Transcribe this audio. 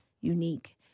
Unique